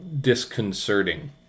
disconcerting